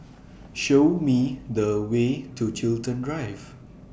Show Me The Way to Chiltern Drive